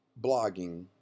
blogging